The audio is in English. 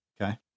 okay